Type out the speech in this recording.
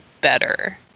better